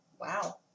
Wow